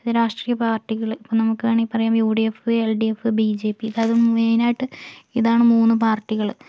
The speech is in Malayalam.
അത് രാഷ്ട്രീയപാർട്ടികൾ നമുക്ക് വേണമെങ്കിൽ പറയാം U D F L D F B J P അതായത് മെയിൻ ആയിട്ട് ഇതാണ് മൂന്ന് പാർട്ടികള്